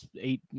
eight